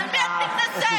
על מי את מתנשאת?